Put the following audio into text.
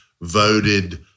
voted